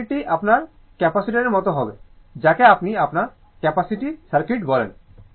সুতরাং সার্কিটটি আপনার ক্যাপাসিটির মতো হবে যাকে আপনি আপনার ক্যাপাসিটি সার্কিট বলেন